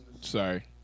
Sorry